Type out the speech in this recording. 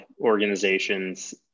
organizations